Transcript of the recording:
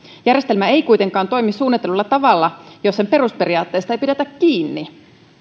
järjestelmä ei kuitenkaan toimi suunnitellulla tavalla jos sen perusperiaatteista ei pidetä kiinni